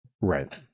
Right